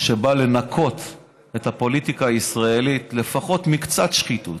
שבאה לנקות את הפוליטיקה הישראלית לפחות מקצת שחיתות,